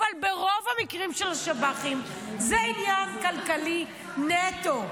אבל ברוב המקרים של השב"חים זה עניין כלכלי נטו.